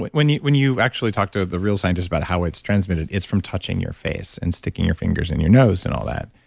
when you when you actually talk to the real scientists about how it's transmitted, it's from touching your face and sticking your fingers in your nose and all that.